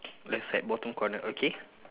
left side bottom corner okay